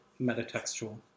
metatextual